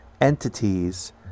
entities